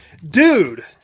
dude